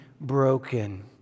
broken